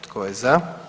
Tko je za?